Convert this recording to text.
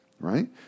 right